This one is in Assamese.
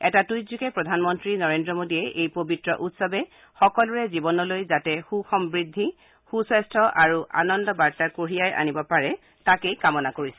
এটা টইটযোগে প্ৰধানমন্ত্ৰী মোদীয়ে এই পবিত্ৰ উৎসৱে সকলোৰে জীৱনলৈ যাতে সু সমূদ্ধি সুশ্বাস্য আৰু আনন্দ বাৰ্তা কঢ়িয়াই আনিব পাৰে তাকেই কামনা কৰিছে